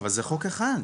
אבל זה חוק אחד.